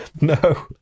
No